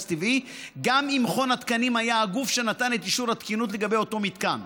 טבעי גם אם מכון התקנים היה הגוף שנתן את אישור התקינות לגבי אותו מתקן.